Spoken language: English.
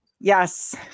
Yes